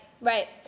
Right